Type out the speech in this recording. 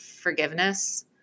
forgiveness